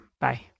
Bye